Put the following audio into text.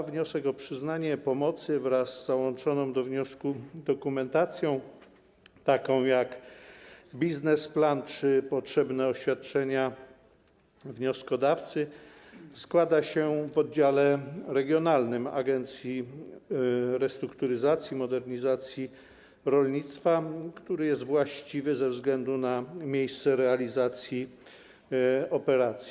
Wniosek o przyznanie pomocy wraz z załączoną do wniosku dokumentacją, taką jak biznesplan czy potrzebne oświadczenia wnioskodawcy, składa się w oddziale regionalnym Agencji Restrukturyzacji i Modernizacji Rolnictwa, który jest właściwy ze względu na miejsce realizacji operacji.